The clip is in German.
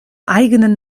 eigenen